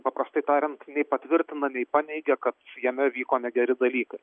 paprastai tariant nei patvirtina nei paneigia kad jame vyko negeri dalykai